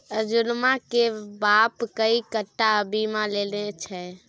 अर्जुनमा केर बाप कएक टा बीमा लेने छै